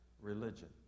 religion